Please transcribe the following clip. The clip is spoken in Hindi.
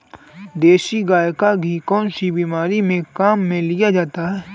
देसी गाय का घी कौनसी बीमारी में काम में लिया जाता है?